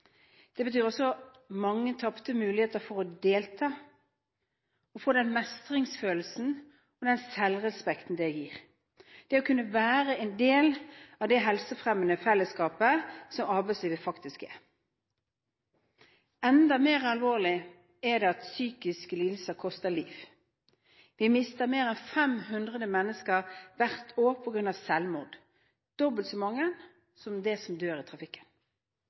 Det betyr også mange tapte muligheter for å delta og dermed få den mestringsfølelsen og den selvrespekten det gir å kunne være en del av det helsefremmende fellesskapet som arbeidslivet faktisk er. Enda mer alvorlig er det at psykiske lidelser koster liv. Vi mister mer enn 500 mennesker hvert år på grunn av selvmord. Det er dobbelt så mange som de som dør i trafikken.